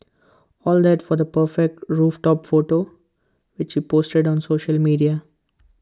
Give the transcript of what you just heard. all that for the perfect rooftop photo which he posted on social media